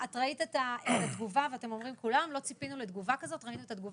את ראית את התגובה ואתם אומרים כולם שלא ציפיתם לתגובה כזאת מהאנשים.